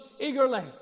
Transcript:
eagerly